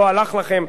לא הלך לכם.